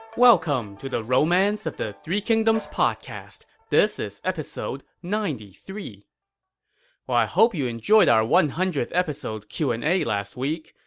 welcome to the romance of the three kingdoms podcast. this is episode ninety three point well, i hope you enjoyed our one hundredth episode q and a last week.